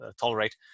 tolerate